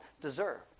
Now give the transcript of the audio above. deserve